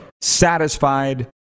satisfied